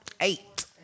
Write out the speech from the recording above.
Eight